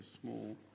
small